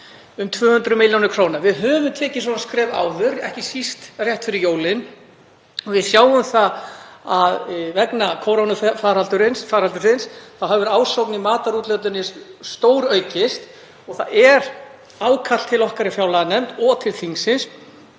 um 200 millj. kr. Við höfum tekið svona skref áður, ekki síst rétt fyrir jólin. Við sjáum það að vegna kórónuveirufaraldursins hefur ásókn í matarúthlutanir stóraukist og það er ákall til okkar í fjárlaganefnd og til þingsins